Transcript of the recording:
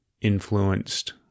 influenced